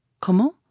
Comment